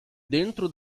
dentro